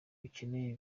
ukeneye